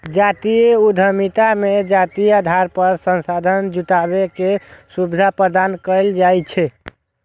जातीय उद्यमिता मे जातीय आधार पर संसाधन जुटाबै के सुविधा प्रदान कैल जाइ छै